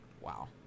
Wow